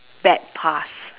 bad past